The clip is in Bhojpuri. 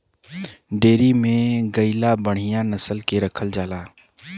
डेयरी में गइया बढ़िया नसल के रखल जाला